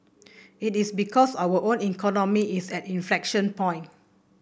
it is because our own economy is at an inflection point